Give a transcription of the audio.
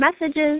messages